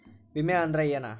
ವಿಮೆ ಅಂದ್ರೆ ಏನ?